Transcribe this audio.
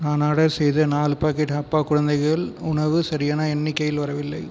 நான் ஆர்டர் செய்த நாலு பாக்கெட் ஹப்பா குழந்தைகள் உணவு சரியான எண்ணிக்கையில் வரவில்லை